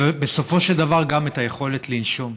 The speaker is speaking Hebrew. ובסופו של דבר גם את היכולת לנשום.